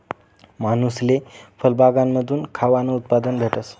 मानूसले फयबागमाथून खावानं उत्पादन भेटस